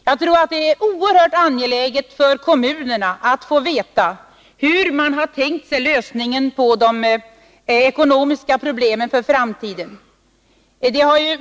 Jag tror att det är oerhört angeläget för kommunerna att få veta hur man för framtiden tänkt sig lösningen på de ekonomiska problemen.